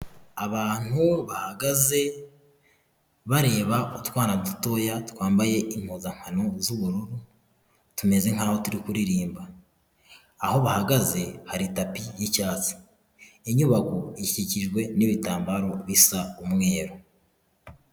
Abantu bahagaze bareba utwana dutoya twambaye impuzankano z'ubururu, tumeze nk'aho turi kuririmba, aho bahagaze hari tapi y'icyatsi, inyubako ikikijwe n'ibitambaro bisa umweru.